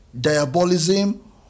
diabolism